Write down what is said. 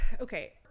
okay